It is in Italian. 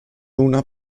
una